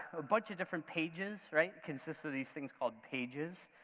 a bunch of different pages, right, consist of these things called pages,